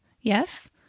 Yes